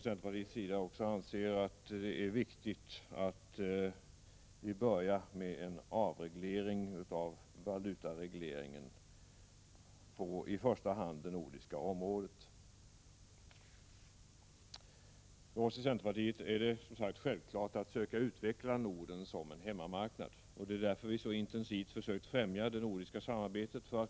Centerpartiet anser det viktigt att börja med en avreglering av valutaregleringen på i första hand det nordiska området. För oss i centerpartiet är det som sagt självklart att försöka utveckla Norden som hemmamarknad, och det är därför vi så intensivt söker främja det nordiska samarbetet.